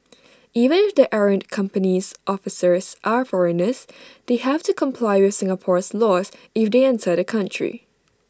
even if the errant company's officers are foreigners they have to comply with Singapore's laws if they enter the country